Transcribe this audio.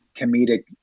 comedic